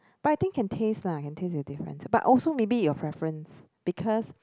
but I think can taste lah can taste the difference but also maybe your preference because